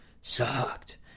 sucked